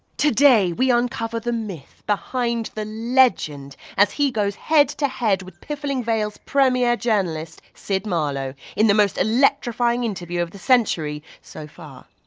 today, we uncover the myth behind the legend, as he goes head to head with piffling vale's premiere journalist, sid marlowe, in the most electrifying interview of the century so far.